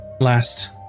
last